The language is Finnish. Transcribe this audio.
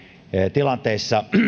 tilanteissa